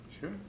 Sure